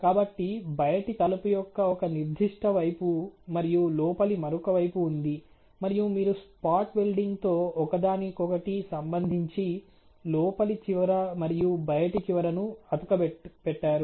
కాబట్టి బయటి తలుపు యొక్క ఒక నిర్దిష్ట వైపు మరియు లోపలి మరొక వైపు ఉంది మరియు మీరు స్పాట్ వెల్డిండ్ తో ఒకదానికొకటి సంబంధించి లోపలి చివర మరియు బయటి చివరను అతుకబెట్టారు